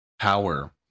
power